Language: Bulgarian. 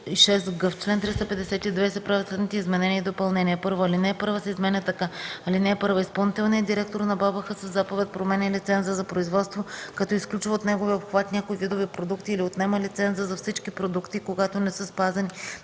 Алинея 1 се изменя така: „(1) Изпълнителният директор на БАБХ със заповед променя лиценза за производство, като изключва от неговия обхват някои видове продукти или отнема лиценза за всички продукти, когато не са спазени